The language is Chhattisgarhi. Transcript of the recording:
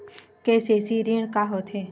के.सी.सी ऋण का होथे?